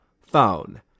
Phone